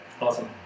Awesome